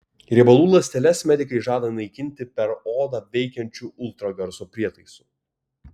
riebalų ląsteles medikai žada naikinti per odą veikiančiu ultragarso prietaisu